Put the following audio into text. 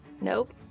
Nope